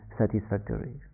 satisfactory